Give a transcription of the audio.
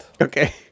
Okay